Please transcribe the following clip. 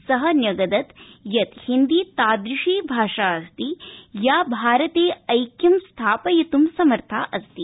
स न्यगदत् यत् हिन्दी तादृशी भाषा या भारते ऐक्यं स्थापयितुं समर्था अस्ति